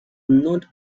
not